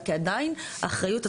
כי עדיין האחריות,